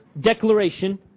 declaration